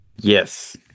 Yes